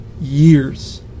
years